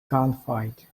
gunfight